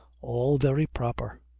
all very proper.